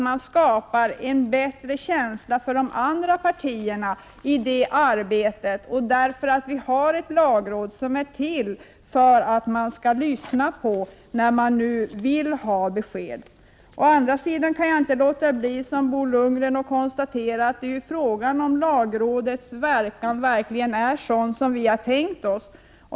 Man skapar då en bättre känsla för de andra partiernas medverkan i det arbetet, och vi har ett lagråd som är till för att lyssna på när man nu vill ha besked. Jag kan å andra sidan, liksom Bo Lundgren, inte låta bli att fråga mig om lagrådets funktion verkligen är den som vi tänkt oss.